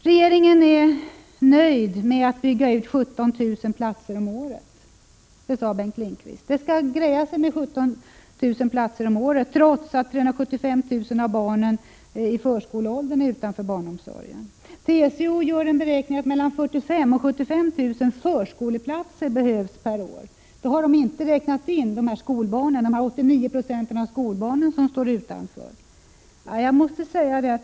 Regeringen är nöjd med att bygga ut 17 000 platser om året, sade Bengt Lindqvist — trots att 375 000 av barnen i förskoleåldern står utanför barnomsorgen. TCO beräknar att mellan 45 000 och 75 000 förskoleplatser behövs per år. Då har man inte räknat in de 89 96 av skolbarnen som står utanför barnomsorgen.